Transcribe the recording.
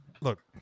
Look